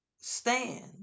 stand